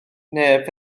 neb